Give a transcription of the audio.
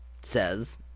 says